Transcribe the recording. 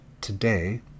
today